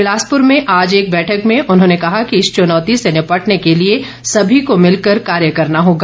बिलासपुर में आज एक बैठक में उन्होंने कहा कि इस चुनौती से निपटने के लिए सभी को मिलकर कार्य करना होगा